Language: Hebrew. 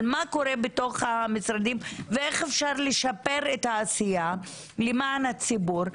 על מה קורה בתוך המשרדים ואיך אפשר לשפר את העשייה למען הציבור,